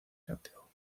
santiago